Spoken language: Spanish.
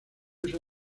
uso